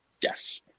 Yes